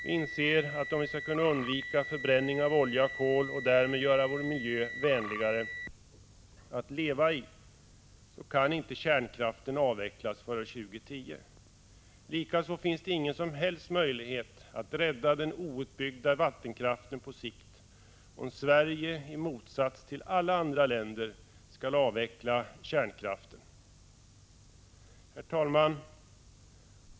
Vi inser att om vi skall kunna undvika förbränning av olja och kol och därmed göra vår miljö vänligare att leva i, kan inte kärnkraften avvecklas före år 2010. Likaså finns det ingen som helst möjlighet att på sikt rädda den outbyggda vattenkraften, om Sverige i motsats till alla andra länder skall avveckla kärnkraften. Herr talman!